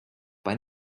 bei